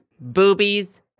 boobies